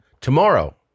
tomorrow